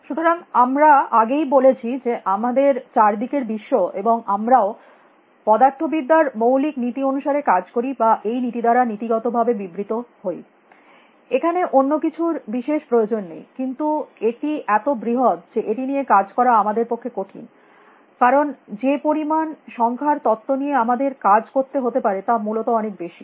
সুতরাং আমরা আগেই বলেছি যে আমাদের চারদিকের বিশ্ব এবং আমরাও পদার্থবিদ্যা র মৌলিক নীতি অনুসারে কাজ করি বা এই নীতি দ্বারা নীতিগত ভাবে বিবৃত হই এখানে অন্য কিছুর বিশেষ প্রয়োজন নেই কিন্তু এটি এত বৃহত যে এটি নিয়ে কাজ করা আমাদের পক্ষে কঠিন কারণ যে পরিমাণ সংখ্যার তত্ত্ব নিয়ে আমাদের কাজ করতে হতে পারে তা মূলত অনেক বেশী